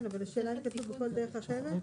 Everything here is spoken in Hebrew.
אבל השאלה אם כתוב בכל דרך אחרת?